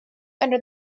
under